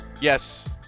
Yes